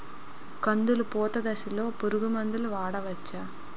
కందులు పూత దశలో పురుగు మందులు వాడవచ్చా?